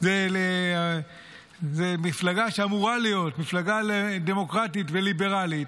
זה מפלגה שאמורה להיות מפלגה דמוקרטית וליברלית.